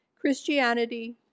Christianity